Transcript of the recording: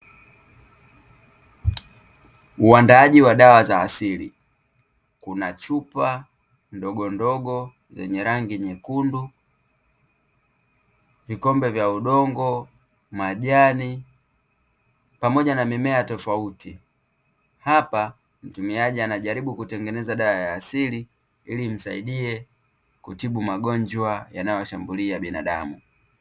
Uandaaji wa dawa za asili una chupa ndogondogo zenye rangi nyekundu, vikombe vya udongo, majani pamoja na mimea tofauti. Hapa mtumiaji anajaribu kutengeneza dawa ya asili ili imsaidie kutibu magonjwa yanayowashambulia binadamu.